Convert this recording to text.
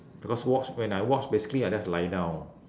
because watch when I watch basically I just lie down